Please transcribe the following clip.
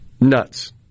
Nuts